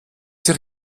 sich